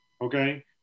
Okay